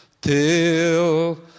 till